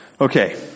Okay